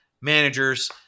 managers